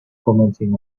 commenting